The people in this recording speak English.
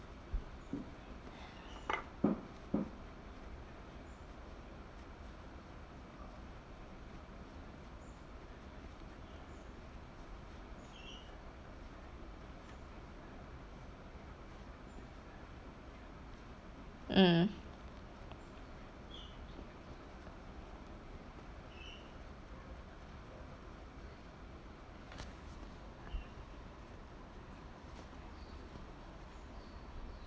mm